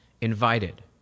invited